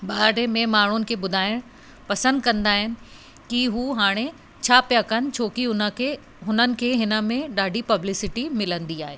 बारे में माण्हुनि खे ॿुधाइणु पसंदि कंदा आहिनि की उहे हाणे छा पिया कनि छोकी हुन खे हुननि खे हिन में ॾाढी पब्लिसिटी मिलंदी आहे